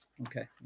Okay